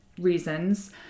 reasons